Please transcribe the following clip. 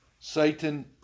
Satan